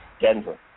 Denver